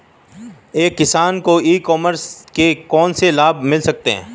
एक किसान को ई कॉमर्स के कौनसे लाभ मिल सकते हैं?